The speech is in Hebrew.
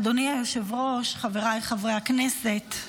אדוני היושב-ראש, חבריי חברי הכנסת,